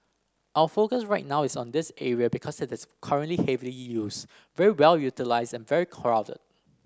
our focus right now is on this area because it is currently heavily used very well utilised and very crowded